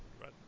right